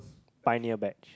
pioneer batch